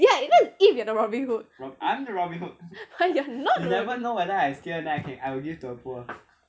ya that's if you are the robin hood but you are not the rob~